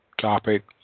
topic